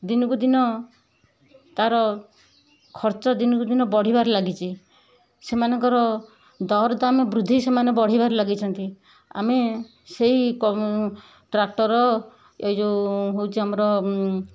ଦିନକୁ ଦିନ ତାର ଖର୍ଚ୍ଚ ଦିନକୁ ଦିନ ବଢ଼ିବାରେ ଲାଗିଛି ସେମାନଙ୍କର ଦରଦାମ ବୃଦ୍ଧି ସେମାନେ ବଢ଼େଇବାରେ ଲାଗିଛନ୍ତି ଆମେ ସେଇ ଟ୍ରାକ୍ଟର ଏଇ ଯେଉଁ ହଉଛି ଆମର